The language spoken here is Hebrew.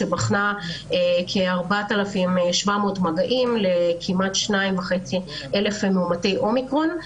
שבחנה כ-4,700 מגעים ל-2,500 מאומתי אומיקרון.